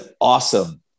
awesome